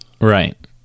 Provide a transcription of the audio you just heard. Right